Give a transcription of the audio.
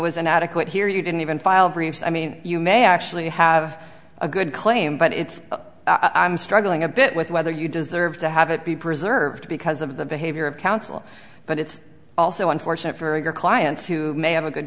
was an adequate here you didn't even file briefs i mean you may actually have a good claim but it's i'm struggling a bit with whether you deserve to have it be preserved because of the behavior of counsel but it's also unfortunate for your clients who may have a good